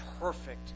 perfect